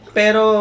pero